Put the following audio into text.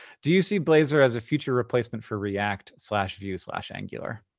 do you see blazor as a future replacement for react slash vue slash angular?